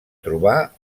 trobar